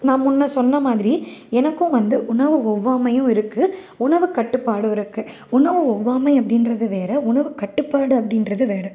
நான் முன்னே சொன்னமாதிரி எனக்கும் வந்து உணவு ஒவ்வாமையும் இருக்குது உணவு கட்டுப்பாடும் இருக்குது உணவு ஒவ்வாமை அப்படின்றது வேறு உணவு கட்டுப்பாடு அப்படின்றது வேறு